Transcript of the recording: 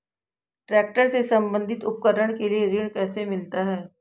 Tractor से संबंधित उपकरण के लिए ऋण कैसे मिलता है?